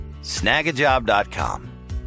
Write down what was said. Snagajob.com